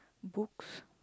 books